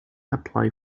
apply